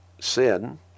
Sin